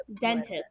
Dentist